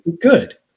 good